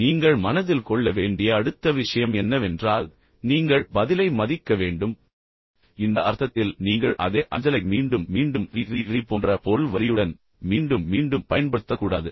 நீங்கள் மனதில் கொள்ள வேண்டிய அடுத்த விஷயம் என்னவென்றால் நீங்கள் பதிலை மதிக்க வேண்டும் பதிலை மதிக்க வேண்டும் இந்த அர்த்தத்தில் நீங்கள் அதே அஞ்சலை மீண்டும் மீண்டும் ரீ ரீ ரீ போன்ற பொருள் வரியுடன் மீண்டும் மீண்டும் பயன்படுத்தக்கூடாது